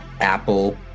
Apple